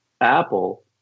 Apple